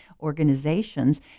organizations –